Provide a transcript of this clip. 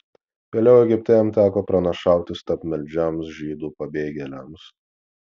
vėliau egipte jam teko pranašauti stabmeldžiams žydų pabėgėliams